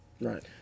Right